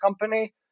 company